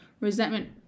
resentment